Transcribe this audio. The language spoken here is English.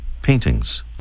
paintings